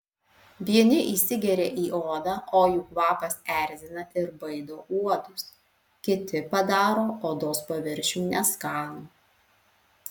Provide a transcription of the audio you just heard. vieni įsigeria į odą o jų kvapas erzina ir baido uodus kiti padaro odos paviršių neskanų